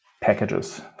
packages